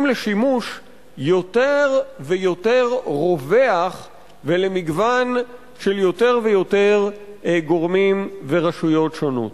לשימוש יותר ויותר רווח ולמגוון של יותר ויותר גורמים ורשויות שונות.